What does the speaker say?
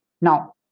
now